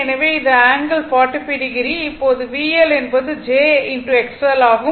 எனவே இது angle 45o இப்போது VL என்பது j XL ஆகும்